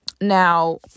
Now